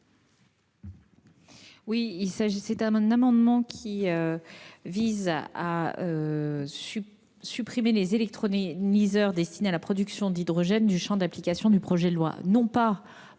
Cet amendement vise à supprimer les électrolyseurs destinés à la production d'hydrogène du champ d'application du projet de loi,